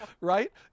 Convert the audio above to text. right